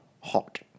Hot